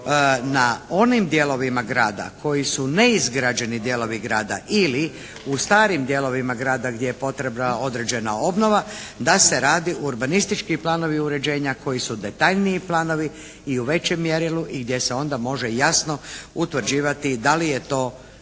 na onim dijelovima grada koji su neizgrađeni dijelovi grada ili u starim dijelovima grada gdje je potrebna određena obnova da se rade urbanistički planovi uređenja koji su detaljniji planovi i u većem mjerilu i gdje se onda može jasno utvrđiti da li je to građani